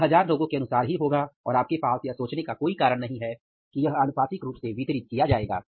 यह हजार लोगों के अनुसार ही होगा और आपके पास यह सोचने का कोई कारण नहीं है कि यह आनुपातिक रूप से वितरित किया जाएगा